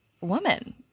woman